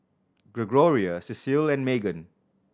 Gregoria Cecile and Magan